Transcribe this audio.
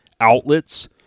outlets